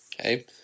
Okay